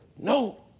no